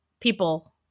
people